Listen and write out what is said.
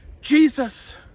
Jesus